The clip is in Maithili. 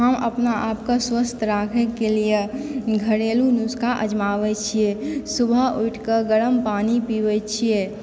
हम अपना आपके स्वस्थ राखएके लिए घरेलू नुश्का अजमाबै छिऐ सुबह उठिके गरम पानि पीबए छिऐ